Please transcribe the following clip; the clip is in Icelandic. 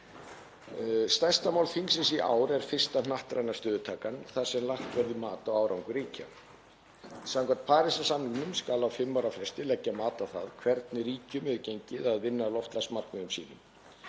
Stærsta mál þingsins í ár er fyrsta hnattræna stöðutakan þar sem lagt verður mat á árangur ríkja. Samkvæmt Parísarsamningnum skal á fimm ára fresti leggja mat á það hvernig ríkjum hefur gengið að vinna að loftslagsmarkmiðum sínum.